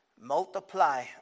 multiply